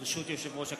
ברשות יושב-ראש הכנסת,